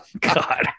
God